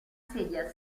sedia